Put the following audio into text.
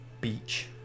beach